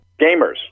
gamers